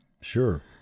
Sure